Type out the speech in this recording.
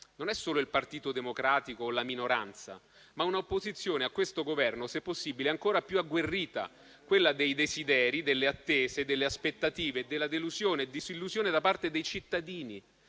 non è solo il Partito Democratico o la minoranza, ma un'opposizione a questo Governo se possibile ancora più agguerrita, ossia quella dei desideri, delle attese, delle aspettative e della delusione e disillusione da parte dei cittadini,